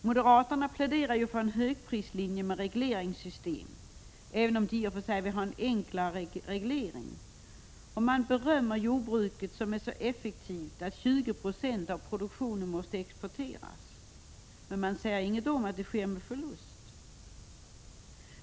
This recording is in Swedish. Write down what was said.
Moderaterna pläderar för en högprislinje med regleringssystem, även om de i och för sig vill ha en enklare reglering. Man berömmer jordbruket som är så effektivt att 20 96 av produktionen måste exporteras, men man säger ingenting om att det sker med förlust.